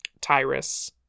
Tyrus